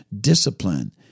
discipline